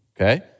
Okay